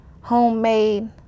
homemade